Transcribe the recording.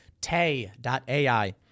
Tay.ai